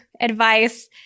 advice